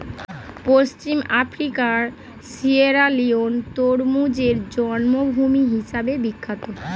পশ্চিম আফ্রিকার সিয়েরালিওন তরমুজের জন্মভূমি হিসেবে বিখ্যাত